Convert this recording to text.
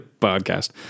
podcast